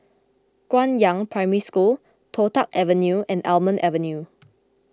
Guangyang Primary School Toh Tuck Avenue and Almond Avenue